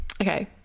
okay